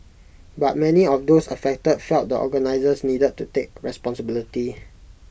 but many of those affected felt the organisers needed to take responsibility